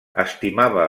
estimava